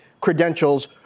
credentials